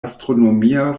astronomia